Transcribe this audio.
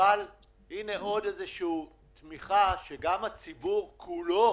אבל הנה עוד איזושהי תמיכה שגם הציבור כולו